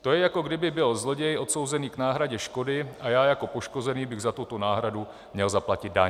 To je, jako kdyby byl zloděj odsouzený k náhradě škody a já jako poškozený bych za tuto náhradu měl zaplatit daň.